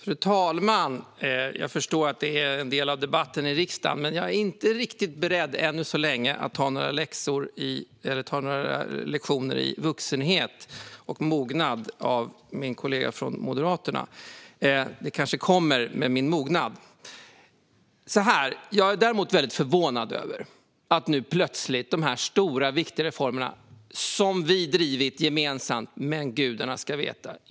Fru talman! Jag förstår att det är en del av debatten i riksdagen, men jag är ännu så länge inte riktigt beredd att ta några lektioner i vuxenhet och mognad av min kollega från Moderaterna. Det kanske kommer med min mognad. Det här är stora och viktiga reformer som vi har drivit tillsammans - men inte bara tillsammans, ska gudarna veta.